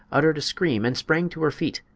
uttered a scream and sprang to her feet.